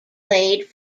played